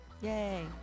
yay